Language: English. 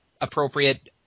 appropriate